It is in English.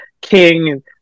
King